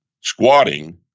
squatting